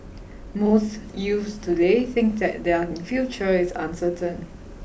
most youths today think that their future is uncertain